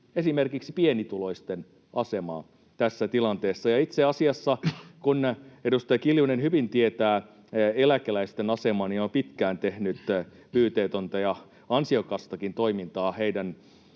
esimerkiksi pienituloisten asemaa tässä tilanteessa. Ja itse asiassa, kun edustaja Kiljunen hyvin tietää eläkeläisten aseman ja on pitkään tehnyt pyyteetöntä ja ansiokastakin toimintaa heidän